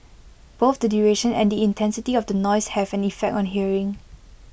both the duration and the intensity of the noise have an effect on hearing